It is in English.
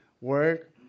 work